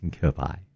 Goodbye